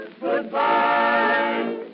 goodbye